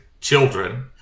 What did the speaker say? children